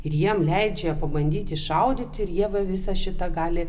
ir jiem leidžia pabandyti šaudyti ir jie va visą šitą gali